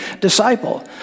disciple